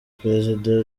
perezida